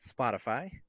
Spotify